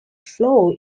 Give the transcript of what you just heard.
flow